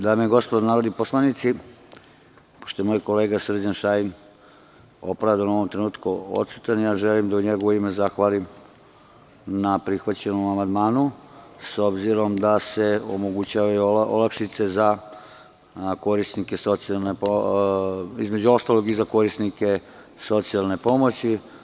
Dame i gospodo narodni poslanici, pošto je moj kolega Srđan Šajn opravdano u ovom trenutku odsutan, ja želim da u njegovo ime zahvalim na prihvaćenom amandmanu, s obzirom da se omogućavaju olakšice, između ostalog, i za korisnike socijalne pomoći.